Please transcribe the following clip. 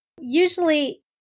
Usually